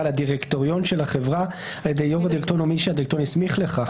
לדירקטוריון של החברה על-ידי --- או מי --- הסמיך לכך".